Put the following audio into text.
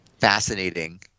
fascinating